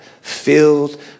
filled